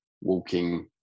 walking